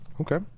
Okay